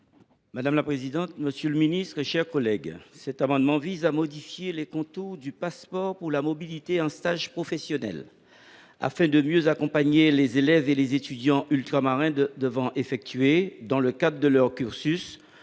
pour présenter l’amendement n° II 1183 rectifié. Cet amendement vise à modifier les contours du passeport pour la mobilité en stage professionnel, afin de mieux accompagner les élèves et les étudiants ultramarins devant effectuer, dans le cadre de leur cursus,